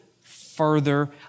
further